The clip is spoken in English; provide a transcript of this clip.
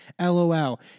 Lol